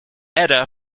edda